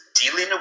dealing